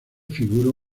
figuró